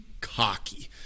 cocky